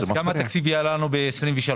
כמה תקציב יהיה ב-23'